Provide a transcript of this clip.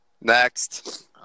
next